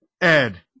Ed